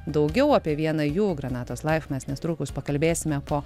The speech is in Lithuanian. daugiau apie vieną jų granatos laiv mes netrukus pakalbėsime po